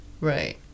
Right